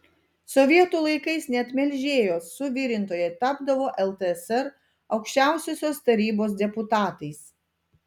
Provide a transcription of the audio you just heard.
sovietų laikais net melžėjos suvirintojai tapdavo ltsr aukščiausiosios tarybos deputatais